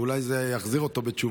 מי שרוצה שאולי זה יחזיר אותו בתשובה,